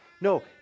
No